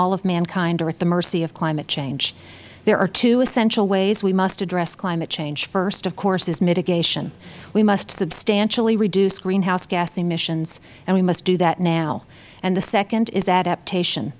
all of mankind are at the mercy of climate change there are two essential ways we must address climate change first of course is mitigation we must substantially reduce greenhouse gas emissions and we must do that now and the second is adaptation